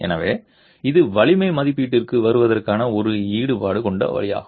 எனவே இது வலிமை மதிப்பீட்டிற்கு வருவதற்கான ஒரு ஈடுபாடு கொண்ட வழியாகும்